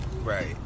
right